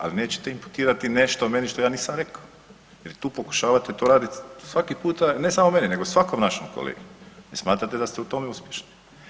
Ali nećete imputirati nešto meni što ja nisam rekao jel tu pokušavate to raditi svaki puta i ne samo meni nego svakom našem kolegi, vi smatrate da ste u tome uspješni.